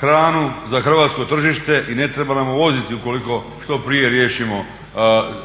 hranu za hrvatsko tržište i ne treba nam uvoziti ukoliko što prije riješimo